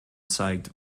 zeigt